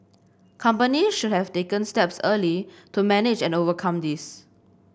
companies should have taken steps early to manage and overcome this